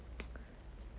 or whatever